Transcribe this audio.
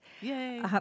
Yay